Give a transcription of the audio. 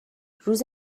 روز